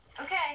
Okay